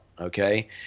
Okay